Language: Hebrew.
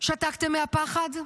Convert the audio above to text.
שתקתם מהפחד?